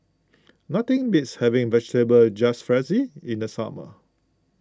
nothing beats having Vegetable Jalfrezi in the summer